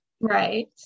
Right